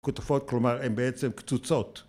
‫כותפות, כלומר, הן בעצם קצוצות.